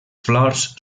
flors